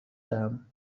دهم